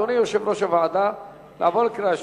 אדוני יושב-ראש הוועדה, לעבור לקריאה שלישית?